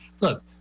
look